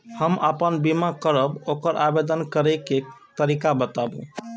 हम आपन बीमा करब ओकर आवेदन करै के तरीका बताबु?